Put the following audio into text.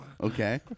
okay